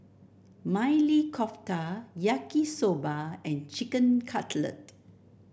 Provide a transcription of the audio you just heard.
Maili Kofta Yaki Soba and Chicken Cutlet